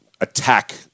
attack